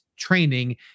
training